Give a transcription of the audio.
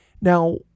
Now